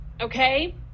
okay